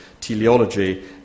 teleology